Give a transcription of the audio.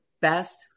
best